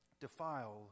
defile